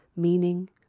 meaning